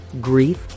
grief